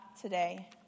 today